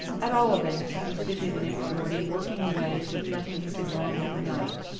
at all events he was busy the next morning working away as if nothing had been wrong overnight.